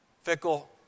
fickle